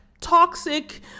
toxic